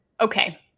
okay